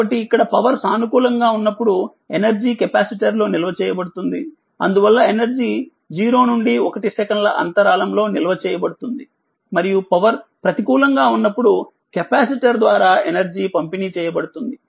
కాబట్టిఇక్కడ పవర్ సానుకూలంగా ఉన్నప్పుడు ఎనర్జీ కెపాసిటర్లో నిల్వ చేయబడుతుందిఅందువల్ల ఎనర్జీ0నుండి1సెకన్లఅంతరాళంలో నిల్వ చేయబడుతుందిమరియు పవర్ ప్రతికూలంగా ఉన్నప్పుడు కెపాసిటర్ ద్వారా ఎనర్జీ పంపిణీ చేయబడుతుంది